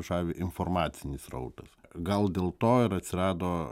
žavi informacinis srautas gal dėl to ir atsirado